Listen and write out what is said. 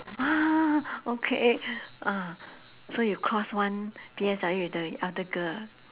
!wah! okay uh so you cross one P_S_L_E with the elder girl